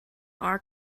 are